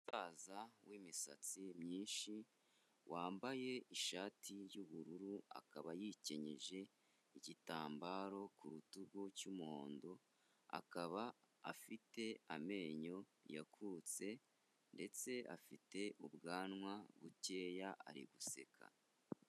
Umusaza w'imisatsi myinshi, wambaye ishati y'ubururu akaba yikenyeje igitambaro ku rutugu cy'umuhondo, akaba afite amenyo yakutse ndetse afite ubwanwa bukeya ari guseka.